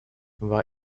war